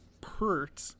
Pert